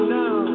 now